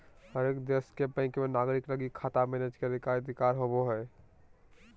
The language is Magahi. हरेक देश के बैंक मे नागरिक लगी खाता मैनेज करे के अधिकार होवो हय